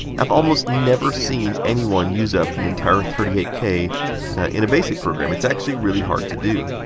i've almost never seen anyone use up the entire thirty eight k in a basic program. it's actually really hard to do.